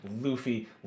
luffy